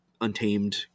untamed